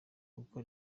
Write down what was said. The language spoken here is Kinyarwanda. kuko